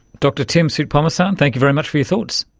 dr tim soutphommasane, and thank you very much for your thoughts.